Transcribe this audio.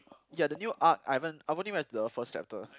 ya the new uh I haven't I've only read the first chapter